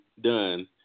done